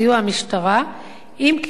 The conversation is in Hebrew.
אם כי ללא חקיקה מסודרת.